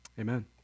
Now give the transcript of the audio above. Amen